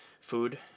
food